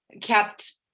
kept